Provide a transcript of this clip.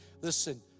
listen